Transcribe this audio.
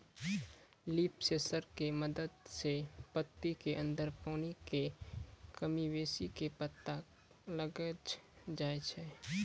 leaf sensor के मदद सॅ पत्ती के अंदर पानी के कमी बेसी के पता लगैलो जाय छै